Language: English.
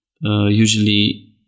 usually